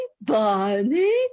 Bonnie